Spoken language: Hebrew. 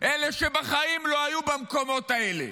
אלה שבחיים לא היו במקומות האלה,